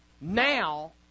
now